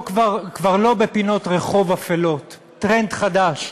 כבר לא בפינות רחוב אפלות, טרנד חדש: